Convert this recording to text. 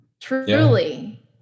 Truly